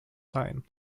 sign